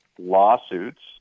lawsuits